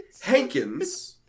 Hankins